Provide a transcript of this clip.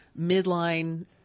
midline